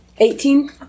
Eighteen